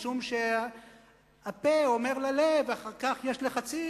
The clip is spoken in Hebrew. משום שהפה אומר ללב ואחר כך יש לחצים,